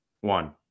One